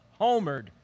homered